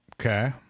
Okay